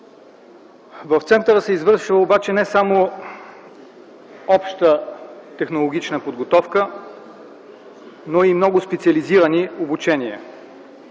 В центъра се извършва обаче не само обща технологична подготовка, но и много специализирани обучения.